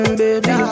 baby